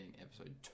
episode